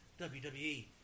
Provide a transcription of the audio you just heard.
WWE